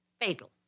Fatal